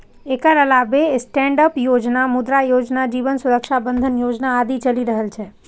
एकर अलावे स्टैंडअप योजना, मुद्रा योजना, जीवन सुरक्षा बंधन योजना आदि चलि रहल छै